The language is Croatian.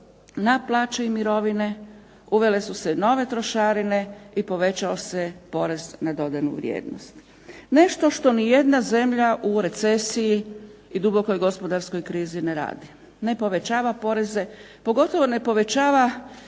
na plaće i mirovine, uvele su se nove trošarine i povećao se porez na dodanu vrijednost. Nešto što nijedna zemlja u recesiji i dubokoj gospodarskoj krizi ne radi. Ne povećava poreze pogotovo ne povećava